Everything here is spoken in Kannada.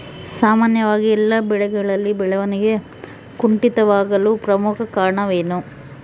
ಸಾಮಾನ್ಯವಾಗಿ ಎಲ್ಲ ಬೆಳೆಗಳಲ್ಲಿ ಬೆಳವಣಿಗೆ ಕುಂಠಿತವಾಗಲು ಪ್ರಮುಖ ಕಾರಣವೇನು?